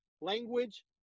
language